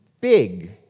big